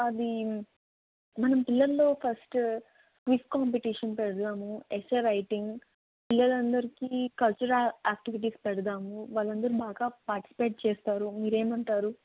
అది మనం పిల్లల్లో ఫస్ట్ క్విజ్ కాంపిటీషన్ పెడదాము ఎస్సే రైటింగ్ పిల్లలందరికి కల్చరల్ యాక్టివిటీస్ పెడదాము వాళ్ళందరూ బాగా పార్టిసిపేట్ చేస్తారు మీరేమంటారు